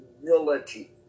humility